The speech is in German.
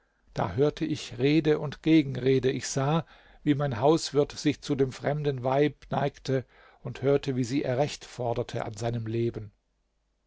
da hörte ich rede und gegenrede ich sah wie mein hauswirt sich zu dem fremden weib neigte und hörte wie sie ihr recht forderte an seinem leben